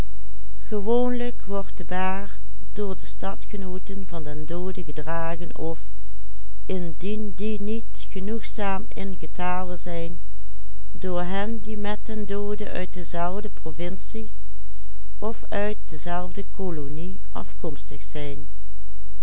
die niet genoegzaam in getale zijn door hen die met den doode uit dezelfde provincie of uit dezelfde kolonie afkomstig zijn